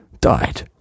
died